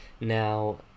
Now